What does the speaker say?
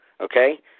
okay